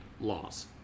laws